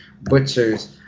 Butchers